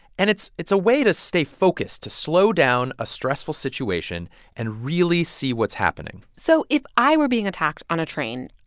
and it's it's a way to stay focused, to slow down a stressful situation and really see what's happening so if i were being attacked on a train,